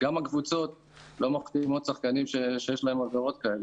גם הקבוצות לא מחביאות עוד שחקנים שיש להם עבירות כאלה.